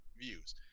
views